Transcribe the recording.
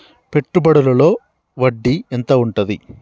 పెట్టుబడుల లో వడ్డీ ఎంత ఉంటది?